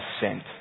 sent